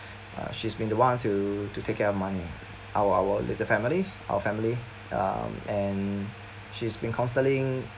uh she's been the one to to take care of money our our little family our family um and she's been constantly